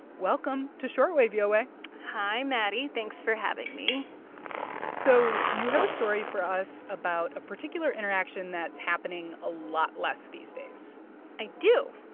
welcome to short wave, yowei hi, maddie. thanks for having me so you have a story for us about a particular interaction that's happening a lot less these days i do.